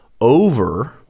over